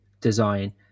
design